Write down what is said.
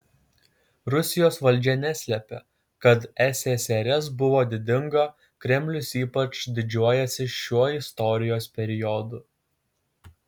rusijos valdžia neslepia kad ssrs buvo didinga kremlius ypač didžiuojasi šiuo istorijos periodu